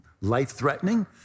life-threatening